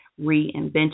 reinvention